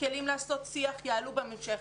הכלים לעשות שיח יעלו בהמשך.